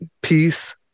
peace